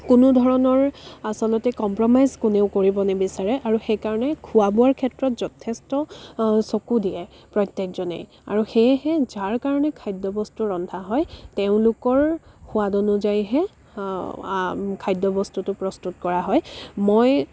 কোনো ধৰণৰ আচলতে কম্প্ৰ'মাইজ কোনেও কৰিব নিবিচাৰে আৰু সেইকাৰণেই খোৱা বোৱাৰ ক্ষেত্ৰত যথেষ্ট চকু দিয়ে প্ৰত্যেকজনেই আৰু সেয়েহে যাৰ কাৰণে খাদ্যবস্তু ৰন্ধা হয় তেওঁলোকৰ সোৱাদ অনুযায়ীহে খাদ্যবস্তুটো প্ৰস্তুত কৰা হয় মই